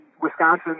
Wisconsin